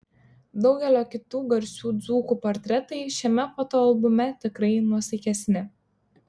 daugelio kitų garsių dzūkų portretai šiame fotoalbume tikrai nuosaikesni